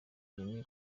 uri